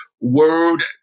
word